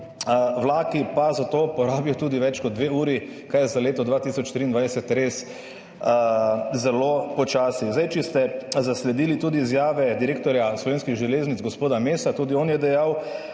vlaki pa za to porabijo tudi več kot dve uri, kar je za leto 2023 res zelo počasi. Če ste zasledili tudi izjave direktorja Slovenskih železnic gospoda Mesa, je tudi on dejal,